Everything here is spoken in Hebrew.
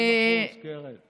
30%, קרן.